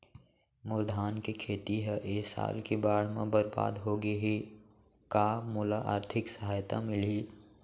मोर धान के खेती ह ए साल के बाढ़ म बरबाद हो गे हे का मोला आर्थिक सहायता मिलही?